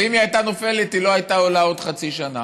ואם היא הייתה נופלת היא לא הייתה עולה עוד חצי שנה,